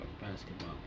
basketball